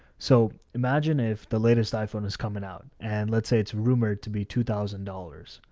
so imagine if the latest iphone is coming out and let's say it's rumored to be two thousand dollars.